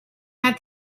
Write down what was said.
had